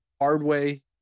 Hardway